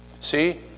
See